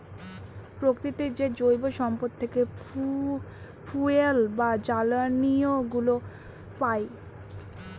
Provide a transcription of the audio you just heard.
প্রকৃতির যে জৈব সম্পদ থেকে ফুয়েল বা জ্বালানিগুলো পাই